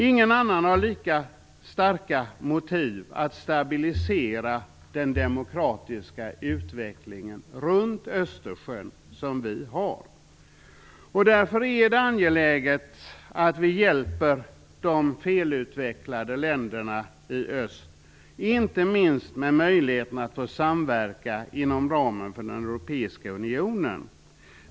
Ingen annan har lika starka motiv för att stabilisera den demokratiska utvecklingen runt Östersjön som vi har. Därför är det angeläget att vi hjälper de felutvecklade länderna i öst, inte minst med möjligheten att få samverka inom ramen för den europeiska unionen.